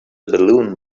balloon